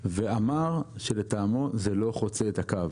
ואמר שלטעמו זה לא חוצה את הקו.